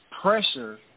pressure